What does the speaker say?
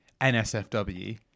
NSFW